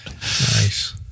Nice